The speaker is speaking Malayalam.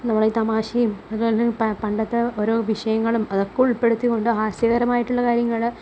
നമ്മളീ തമാശയും അതുപോലെത്തന്നെ പണ്ടത്തെ ഓരോ വിഷയങ്ങളും അതൊക്കെ ഉള്പ്പെടുത്തിക്കൊണ്ട് ഹാസ്യകരമായിട്ടുള്ള കാര്യങ്ങള്